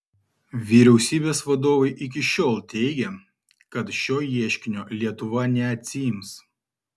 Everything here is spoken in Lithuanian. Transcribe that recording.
vyriausybės vadovai iki šiol teigė kad šio ieškinio lietuva neatsiims